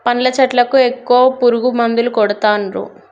పండ్ల చెట్లకు ఎక్కువ పురుగు మందులు కొడుతాన్రు